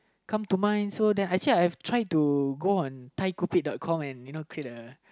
come to mind so that actually I've tried to go on Thai cupid dot com and you know create a